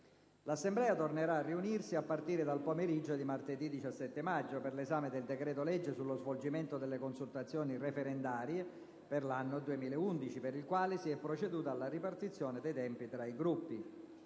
L'Assemblea tornerà a riunirsi a partire dal pomeriggio di martedì 17 maggio per l'esame del decreto-legge sullo svolgimento delle consultazioni referendarie per l'anno 2011, per il quale si è proceduto alla ripartizione dei tempi tra i Gruppi.